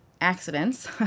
accidents